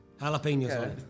Jalapenos